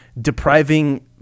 depriving